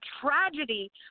tragedy